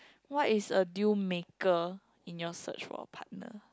what is a deal maker in your search for a partner